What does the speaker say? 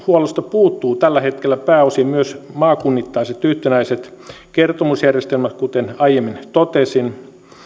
puuttuvat tällä hetkellä pääosin myös maakunnittaiset yhtenäiset kertomusjärjestelmät kuten aiemmin totesin